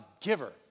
giver